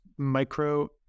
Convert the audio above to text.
Micro